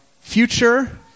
future